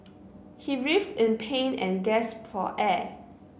he writhed in pain and gasped for air